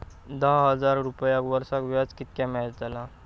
दहा हजार रुपयांक वर्षाक व्याज कितक्या मेलताला?